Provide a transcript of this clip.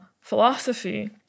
philosophy